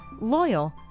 loyal